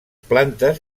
plantes